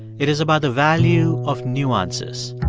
it is about the value of nuances.